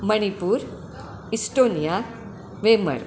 Manipur Estonia वेमळ